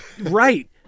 right